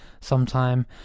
sometime